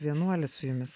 vienuolis su jumis